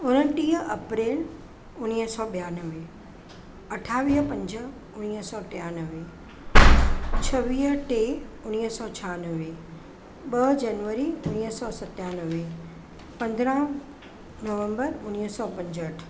उणटीह अप्रैल उणिवीह सौ ॿियानवे अठावीह पंज उणिवीह सौ टिणानवे छवीह टे उणिवीह सौ छहानवे ॿ जनवरी उणिवीह सौ सतनवे पंद्रहं नवंबर उणिवीह सौ पंजहठि